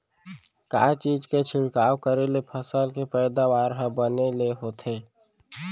का चीज के छिड़काव करें ले फसल के पैदावार ह बने ले होथे?